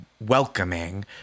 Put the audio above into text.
welcoming